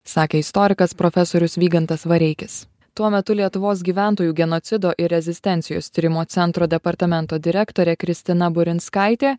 sakė istorikas profesorius vygantas vareikis tuo metu lietuvos gyventojų genocido ir rezistencijos tyrimo centro departamento direktorė kristina burinskaitė